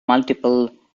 multiple